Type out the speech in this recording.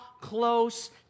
close